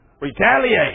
Retaliate